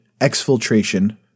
exfiltration